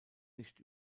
nicht